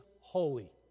holy